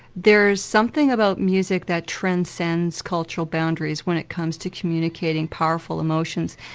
there's something about music that transcends cultural boundaries when it comes to communicating powerful emotions.